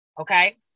Okay